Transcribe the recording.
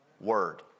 Word